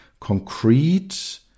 concrete